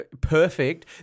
perfect